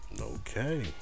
Okay